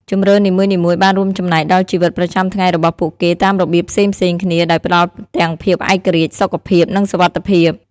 ជម្រើសនីមួយៗបានរួមចំណែកដល់ជីវិតប្រចាំថ្ងៃរបស់ពួកគេតាមរបៀបផ្សេងៗគ្នា ដោយផ្តល់ទាំងភាពឯករាជ្យ សុខភាព និងសុវត្ថិភាព។